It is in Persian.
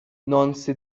نانسی